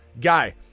guy